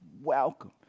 welcome